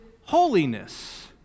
holiness